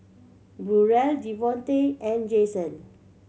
Burrel Devontae and Jason